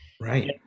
Right